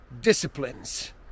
disciplines